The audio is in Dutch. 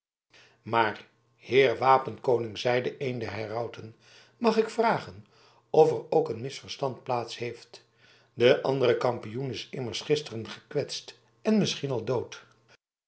maar heer wapenkoning zeide een der herauten mag ik vragen of er ook een misverstand plaats heeft de andere kampioen is immers gisteren gekwetst en misschien al dood